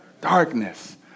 Darkness